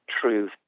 truth